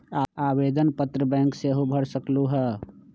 आवेदन पत्र बैंक सेहु भर सकलु ह?